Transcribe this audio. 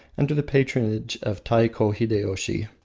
under the patronage of taiko-hideyoshi,